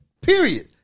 period